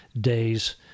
days